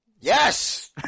Yes